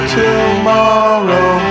tomorrow